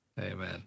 Amen